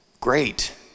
great